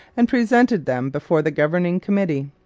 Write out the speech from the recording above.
and presented them before the governing committee.